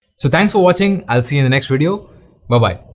so thanks for watching i'll see you in the next video ba-bye